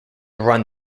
run